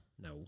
No